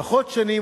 פחות שנים,